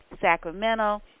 Sacramento